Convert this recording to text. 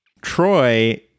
troy